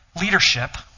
leadership